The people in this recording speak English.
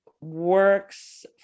works